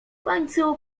końcu